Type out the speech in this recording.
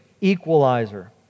Equalizer